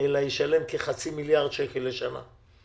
אלא ישלם כחצי מיליארד שקל לשנה,